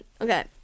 okay